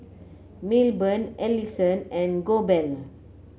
Milburn Ellison and Goebel